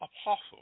Apostle